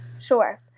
Sure